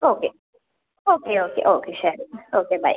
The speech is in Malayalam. ഓക്കെ ഓക്കെ ഓക്കെ ഓക്കെ ശരി ഓക്കെ ബൈ